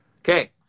Okay